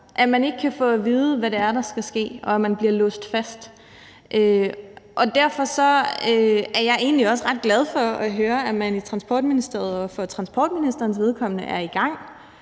at man ikke kan få at vide, hvad det er, der skal ske, og at man bliver låst fast. Derfor er jeg egentlig også ret glad for at høre, at man i Transportministeriet og for transportministerens vedkommende er i gang